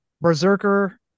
Berserker